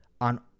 on